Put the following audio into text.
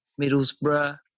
Middlesbrough